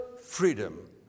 freedom